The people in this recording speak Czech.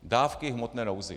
Dávky v hmotné nouzi.